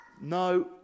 No